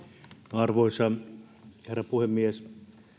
arvoisa herra puhemies